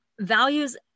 values